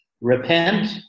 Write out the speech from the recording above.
repent